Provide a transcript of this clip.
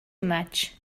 much